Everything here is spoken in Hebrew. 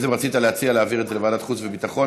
אתה בעצם רצית להציע להעביר את זה לוועדת החוץ והביטחון,